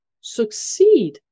succeed